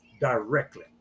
directly